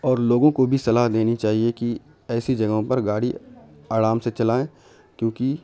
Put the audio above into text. اور لوگوں کو بھی صلاح دینی چاہیے کہ ایسی جگہوں پر گاڑی آرام سے چلائیں کیونکہ